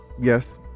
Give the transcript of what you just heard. Yes